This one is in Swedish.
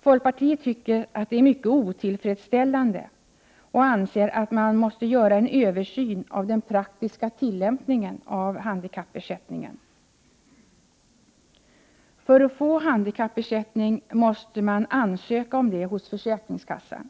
Folkpartiet tycker att detta är mycket otillfredsställande och anser att man måste göra en översyn av den praktiska tillämpningen av handikappersättningen. För att få handikappersättning måste man ansöka om den hos försäkringskassan.